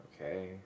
Okay